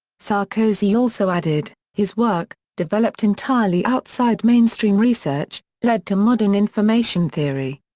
sarkozy also added, his work, developed entirely outside mainstream research, led to modern information theory.